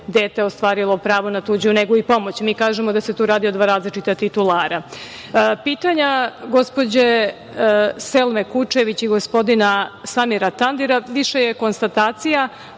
dete ostvarilo pravo na tuđu negu i pomoć. Mi kažemo da se tu radi o dva različita titulara. Pitanja gospođe Selme Kučević i gospodina Samira Tandira više je konstatacija,